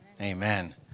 Amen